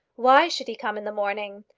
why should he come in the morning?